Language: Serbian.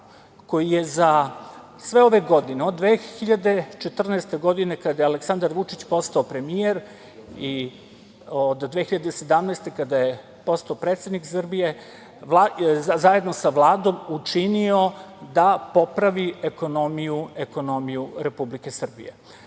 koji je za sve ove godine, od 2014. godine, kada je Aleksandar Vučić postao premijer i od 2017. godine, kada je postao predsednik Srbije, zajedno sa Vladom učinio da popravi ekonomiju Republike Srbije. Obzirom